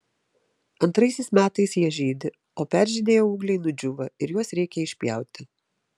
antraisiais metais jie žydi o peržydėję ūgliai nudžiūva ir juos reikia išpjauti